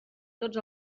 tots